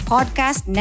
Podcast